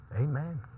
Amen